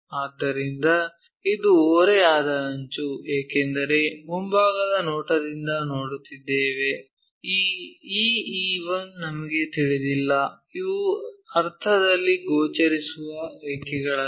ಆದ್ದರಿಂದ ಇದು ಓರೆಯಾದ ಅಂಚು ಏಕೆಂದರೆ ಮುಂಭಾಗದ ನೋಟದಿಂದ ನೋಡುತ್ತಿದ್ದೇವೆ ಈ E E 1 ನಮಗೆ ತಿಳಿದಿಲ್ಲ ಇವು ಅರ್ಥದಲ್ಲಿ ಗೋಚರಿಸುವ ರೇಖೆಗಳಲ್ಲ